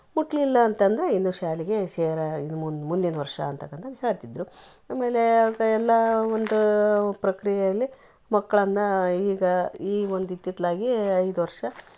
ಮುಟ್ಟಲಿಲ್ಲ ಅಂತಂದರೆ ಇನ್ನು ಶಾಲೆಗೆ ಸೇರಾ ಇನ್ ಮುಂದಿನದ್ದು ವರ್ಷ ಅಂತಕ್ಕಂಥದ್ದು ಹೇಳ್ತಿದ್ದರು ಆಮೇಲೆ ಎಲ್ಲಾ ಒಂದು ಪ್ರಕ್ರಿಯೆಯಲ್ಲಿ ಮಕ್ಕಳನ್ನ ಈಗ ಈ ಒಂದು ಇತ್ತಿತ್ತಲಾಗೇ ಐದು ವರ್ಷ